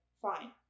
fine